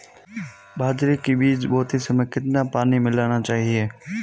बाजरे के बीज बोते समय कितना पानी मिलाना चाहिए?